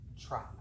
Try